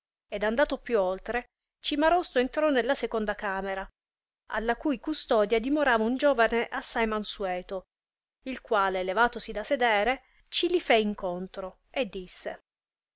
ed andato più oltre cimarosto entrò nella seconda camera alla cui custodia dimorava un giovane assai mansueto il quale levatosi da sedere ci li fé incontro e disse